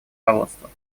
руководства